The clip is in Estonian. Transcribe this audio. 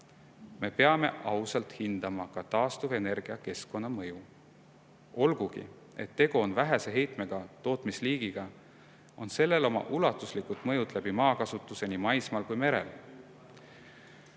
me peame ausalt hindama ka taastuvenergia keskkonnamõju. Olgugi et tegu on vähese heitmega tootmisliigiga, on sellel oma ulatuslikud mõjud maakasutuse tõttu nii maismaal kui ka merel.